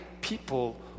people